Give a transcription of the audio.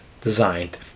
designed